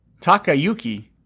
Takayuki